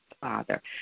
Father